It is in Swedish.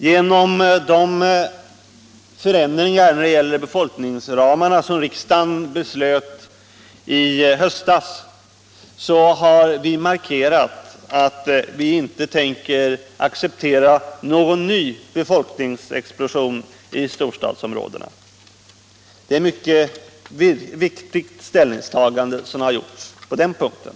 Genom de förändringar i befolkningsramarna som riksdagen beslöt vidta i höstas har vi markerat att vi inte tänker acceptera någon ny befolkningsexplosion i storstadsområdena. Det är ett mycket viktigt ställningstagande som har gjorts på den punkten.